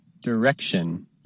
Direction